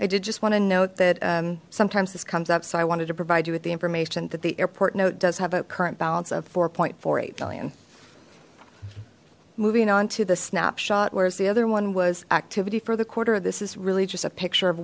i did just want to note that sometimes this comes up so i wanted to provide you with the information that the airport note does have a current balance of four point four eight billion moving on to the snapshot whereas the other one was activity for the quarter this is really just a picture of